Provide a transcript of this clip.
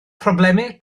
problemau